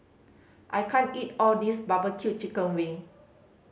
I can't eat all this barbecue chicken wing